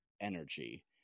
energy